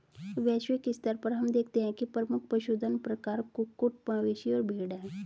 वैश्विक स्तर पर हम देखते हैं कि प्रमुख पशुधन प्रकार कुक्कुट, मवेशी और भेड़ हैं